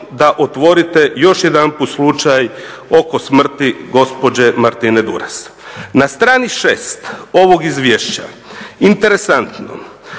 da otvorite još jedanput slučaj oko smrti gospođe Martine Duras. Na strani 6. ovog Izvješća interesantno